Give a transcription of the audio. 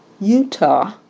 Utah